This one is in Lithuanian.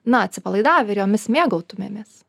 na atsipalaidavę ir jomis mėgautumėmės